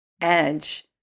edge